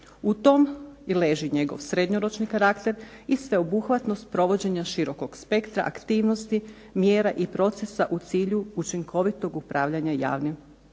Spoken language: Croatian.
U tom leži njegov srednjoročni karakter i sveobuhvatnost provođenja širokog spektra aktivnosti, mjera i procesa u cilju učinkovitog upravljanja javnim